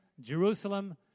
Jerusalem